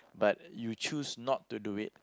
but you choose not to do it